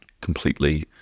completely